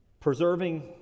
Preserving